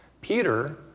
Peter